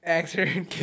accident